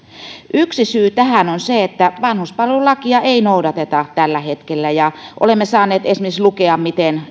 yksi syy tähän on se että vanhuspalvelulakia ei noudateta tällä hetkellä ja olemme saaneet esimerkiksi lukea miten